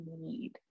need